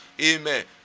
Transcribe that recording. amen